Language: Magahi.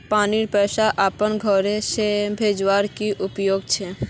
पानीर पैसा अपना घोर से भेजवार की उपाय छे?